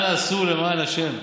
אנא עשו, למען השם.